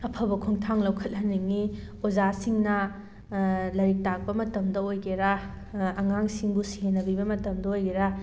ꯑꯐꯕ ꯈꯣꯡꯊꯥꯡ ꯂꯧꯈꯠꯍꯟꯅꯤꯡꯉꯤ ꯑꯣꯖꯥꯁꯤꯡꯅ ꯂꯥꯏꯔꯤꯛ ꯇꯥꯛꯄ ꯃꯇꯝꯗ ꯑꯣꯏꯒꯦꯔꯥ ꯑꯉꯥꯡꯁꯤꯡꯕꯨ ꯁꯦꯟꯅꯕꯤꯕ ꯃꯇꯝꯗ ꯑꯣꯏꯒꯦꯔꯥ